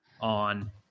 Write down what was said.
on